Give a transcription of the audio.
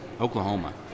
Oklahoma